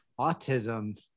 Autism